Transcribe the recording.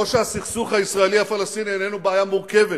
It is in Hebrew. לא שהסכסוך הישראלי הפלסטיני איננו בעיה מורכבת,